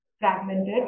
fragmented